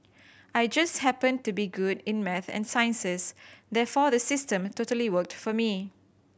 I just happened to be good in maths and sciences therefore the system totally worked for me